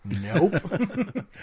nope